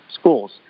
schools